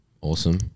Awesome